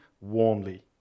warmly